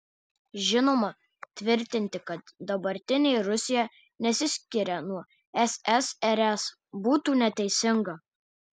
žinoma tvirtinti kad dabartinė rusija nesiskiria nuo ssrs būtų neteisinga